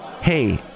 Hey